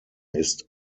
ist